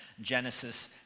Genesis